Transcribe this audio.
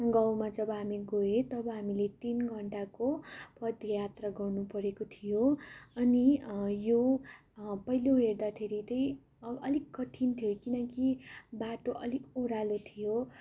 गाउँमा जब हामी गयौँ तब हामीले तिन घण्टाको पद यात्रा गर्नु परेको थियो अनि यो पहिला हेर्दाखेरि त अलिक कठिन थियो किनकि बाटो अलिक ओह्रालो थियो